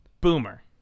boomer